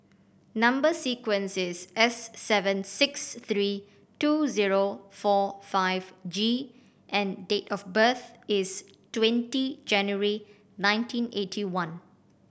number sequence is S seven six three two zero four five G and date of birth is twenty January nineteen eighty one